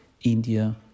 India